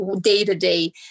day-to-day